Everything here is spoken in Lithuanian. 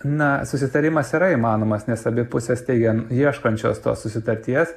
na susitarimas yra įmanomas nes abi pusės teigia ieškančios tos susitarties